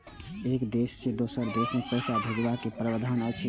एक देश से दोसर देश पैसा भैजबाक कि प्रावधान अछि??